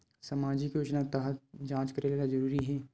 सामजिक योजना तहत जांच करेला जरूरी हे